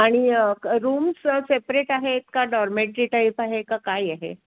आणि क rooms separate आहेत का डॉरमेट्री टाईप आहे का काय आहे